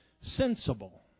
sensible